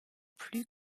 plus